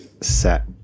set